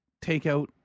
takeout